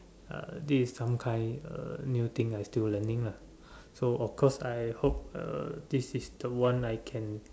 uh this is some kind uh new thing I still learning lah so of course I hope uh this is the one I can